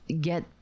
get